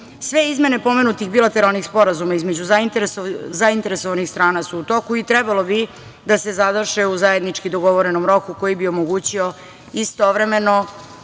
izmene pomenutih bilateralnih sporazuma između zainteresovanih strana su u toku i trebalo bi da se završe u zajednički dogovorenom roku koji bi omogućio istovremeno